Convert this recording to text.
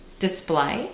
display